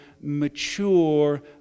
mature